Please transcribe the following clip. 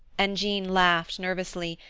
and jean laughed, nervously,